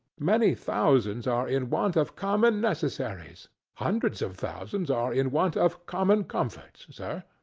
many thousands are in want of common necessaries hundreds of thousands are in want of common comforts, sir.